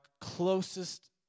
closest